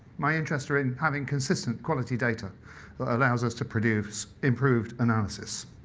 my interests are in having consistent quality data that allows us to produce improved analysis.